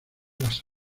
las